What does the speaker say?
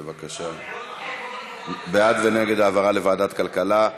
בבקשה, בעד ונגד העברה לוועדת כלכלה.